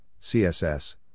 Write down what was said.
CSS